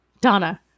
Donna